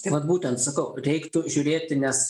tai vat būtent sakau reiktų žiūrėti nes